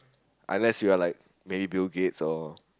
unless you are like maybe Bill-Gates or